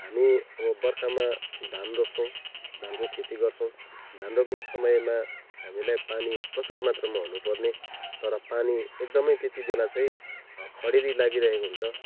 हामी अब बर्खामा धान रोप्छौँ धानको खेती गर्छौँ धान रोप्ने समयमा हामीलाई पानी प्रचुर मात्रामा हुनुपर्ने तर पानी एकदमै त्यतिबेला चाहिँ खडेरी लागिरहेको हुन्छ